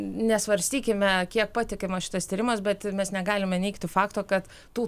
nesvarstykime kiek patikima šitas tyrimas bet mes negalime neigti fakto kad tų